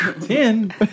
Ten